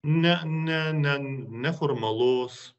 ne ne ne neformalus